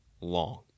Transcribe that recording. long